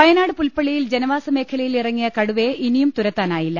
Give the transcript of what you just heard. വയനാട് പുൽപ്പള്ളിയിൽ ജനവാസമേഖലയിൽ ഇറങ്ങിയ കടുവയെ ഇനിയും തുരത്താനായില്ല